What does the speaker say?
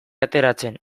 ateratzen